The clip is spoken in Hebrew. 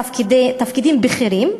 תפקידים בכירים,